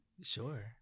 Sure